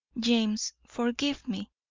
james, forgive me.